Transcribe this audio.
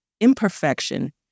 imperfection